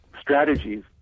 strategies